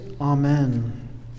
Amen